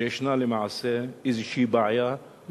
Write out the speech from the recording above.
שיש למעשה איזו בעיה בחוק עצמו.